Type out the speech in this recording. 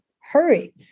hurry